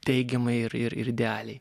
teigiamai ir ir ir idealiai